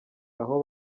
aho